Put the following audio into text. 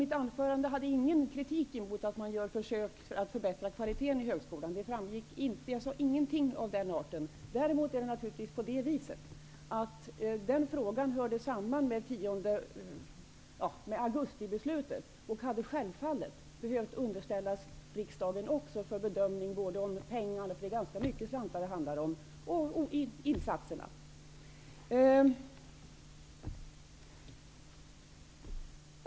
Jag framförde ingen kritik i mitt anförande mot att man gör försök för att förbättra kvaliteten i högskolan. Jag sade ingenting om det. Däremot är det naturligtvis så att den frågan hörde samman med augustibeslutet. Den hade självfallet också behövt underställas riksdagen för bedömning både när det gäller pengarna -- det är ganska mycket slantar det handlar om -- och när det gäller insatserna.